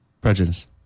Prejudice